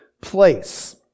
place